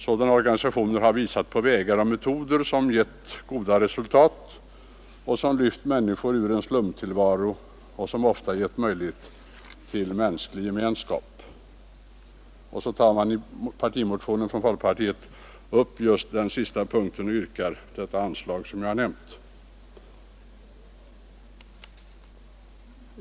Sådana organisationer har visat på vägar och metoder som givit goda resultat, som lyft människor ur en slumtillvaro och som ofta givit möjlighet till en mänsklig gemenskap. I folkpartimotionen tar man upp den sista punkten och yrkar det anslag som jag här tidigare nämnt.